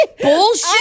bullshit